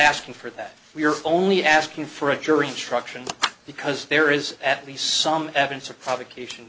asking for that we're only asking for a jury instruction because there is at least some evidence of provocation